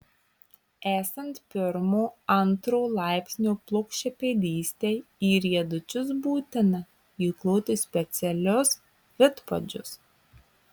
esant pirmo antro laipsnio plokščiapėdystei į riedučius būtina įkloti specialius vidpadžius